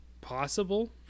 possible